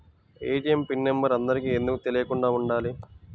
ATM PIN number అందరికి ఎందుకు తెలియకుండా ఉండాలి?